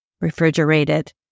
refrigerated